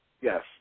Yes